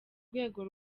rwego